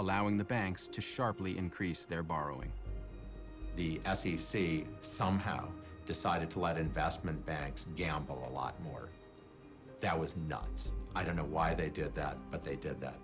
allowing the banks to sharply increase their borrowing the s e c somehow decided to let investment banks gamble a lot more that was not i don't know why they did that but they did that